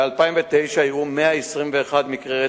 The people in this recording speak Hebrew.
ב-2009 אירעו 121 מקרי רצח,